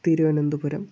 Thiruvananthapuram